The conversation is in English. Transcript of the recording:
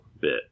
bit